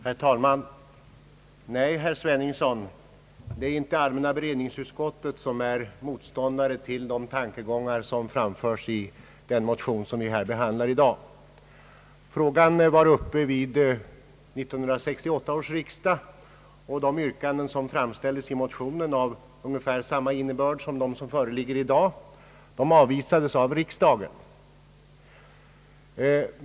Herr talman! Nej, herr Sveningsson, allmänna beredningsutskottet är inte motståndare till de tankegångar som framförs i den motion vi behandlar här i dag. Frågan var uppe vid 1968 års riksdag, och de yrkanden som då fram ställdes i motionen — de var av ungefär samma innebörd som de yrkanden som i dag föreligger — avvisades av riksdagen.